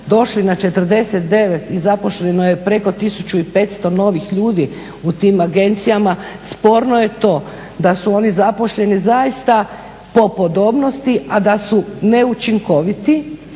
došli na 49 i zaposleno je preko 1500 novih ljudi u tim agencijama. Sporno je to da su oni zaposleni zaista po podobnosti a da su neučinkoviti